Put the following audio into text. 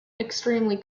extremely